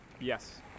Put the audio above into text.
Yes